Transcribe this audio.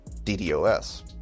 DDoS